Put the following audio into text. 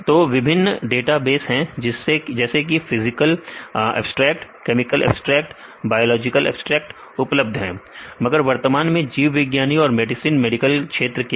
तो विभिन्न डेटाबेस है जैसे कि physical abstract chemical abstract biological abstract उपलब्ध है मगर वर्तमान में जीव विज्ञानी और मेडिसिन मेडिकल क्षेत्र के लिए